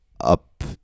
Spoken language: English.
up